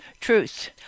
truth